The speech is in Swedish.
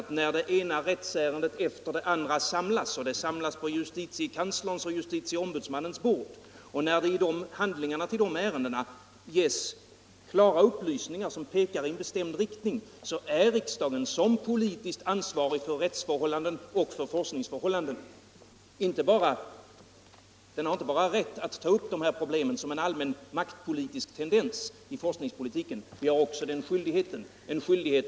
Men när det ena rättsärendet efter det andra samlas och samlas på justitiekanslerns och riksdagens ombudsmans bord och när det i handlingar rörande de ärendena ges klara upplysningar som pekar i en bestämd riktning, så har riksdagen som politiskt ansvarig för rättsförhållandena och för forskningsförhållandena inte bara rätt att ta upp de problemen som en allmän maktpolitisk teridens i forskningspolitiken utan riksdagen har också skyldighet att göra det.